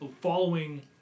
following